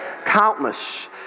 countless